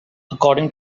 according